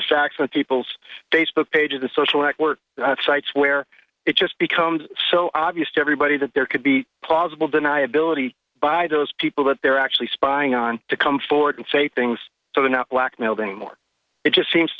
stacks of people's facebook page of the social network sites where it just becomes so obvious to everybody that there could be plausible deniability by those people that they're actually spying on to come forward and say things so that now blackmailed anymore it just seems